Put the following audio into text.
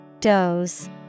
Doze